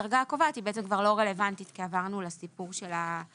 הדרגה הקובעת לא רלוונטית כי עברנו לסיפור של הסכומים.